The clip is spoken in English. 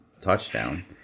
touchdown